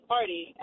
Party